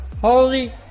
Holy